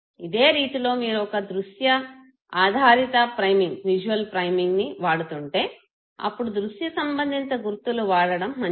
ఇదే రీతిలో మీరు ఒక దృశ్యఆధారిత ప్రైమింగ్ ని వాడుతుంటే అప్పుడు దృశ్య సంబంధిత గుర్తులు వాడడం మంచిది